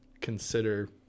consider